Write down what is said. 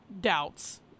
doubts